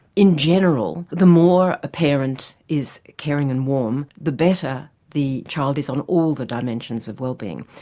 in general the more a parent is caring and warm the better the child is on all the dimensions of wellbeing.